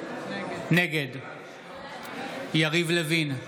נגד יריב לוין,